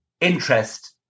interest